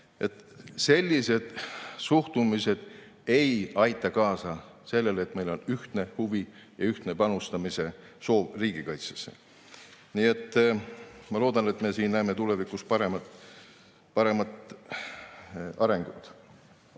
Sellised suhtumised ei aita kaasa sellele, et meil on ühtne huvi ja ühtne soov riigikaitsesse panustada. Nii et ma loodan, et me siin näeme tulevikus paremat arengut.